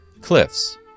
cliffs